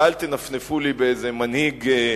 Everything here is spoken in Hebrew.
ואל תנפנפו לי באיזה מנהיג,